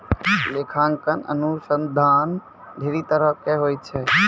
लेखांकन अनुसन्धान ढेरी तरहो के होय छै